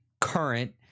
current